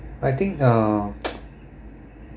I think uh